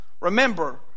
Remember